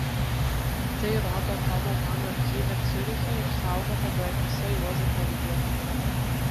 tai rodo tomo mano archyve ciuriche išsaugota beveik visa juozapo biblioteka